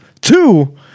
Two